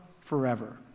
forever